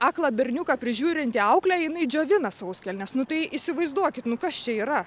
aklą berniuką prižiūrinti auklė jinai džiovina sauskelnes nu tai įsivaizduokit nu kas čia yra